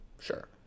Sure